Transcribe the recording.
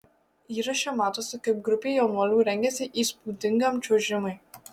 įraše matosi kaip grupė jaunuolių rengiasi įspūdingam čiuožimui